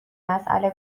مسئله